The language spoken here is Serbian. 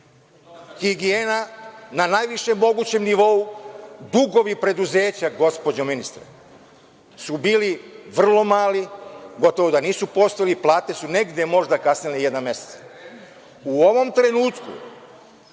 Higijena na najvišem mogućem nivou, dugovi preduzeća, gospođo ministarka, su bili vrlo mali, gotovo da nisu postojali. Plate su negde možda kasnile jedan mesec. U ovom trenutku,